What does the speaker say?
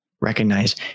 recognize